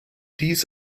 dies